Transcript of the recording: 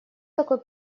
такой